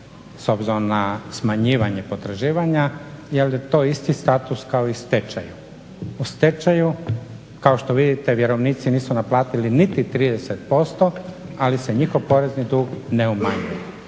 s obzirom na smanjivanje potraživanja jer je to isti status kao i stečajni. U stečaju kao što vidite vjerovnici nisu naplatili niti 30%, ali se njihov porezni dug ne umanjuje.